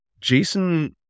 Jason